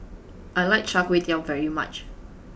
I like Char Kway Teow very much